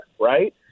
Right